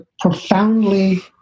profoundly